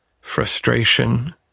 frustration